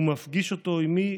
ומפגיש אותו עימי,